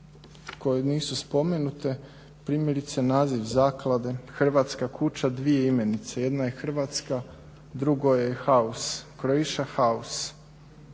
koje nisu spomenute, primjerice naziv zaklade "Hrvatska kuća", dvije imenice, jedna je hrvatska drugo je house, Croatia house,